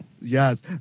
Yes